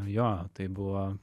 jo tai buvo